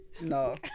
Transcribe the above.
No